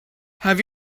have